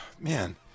Man